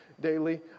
daily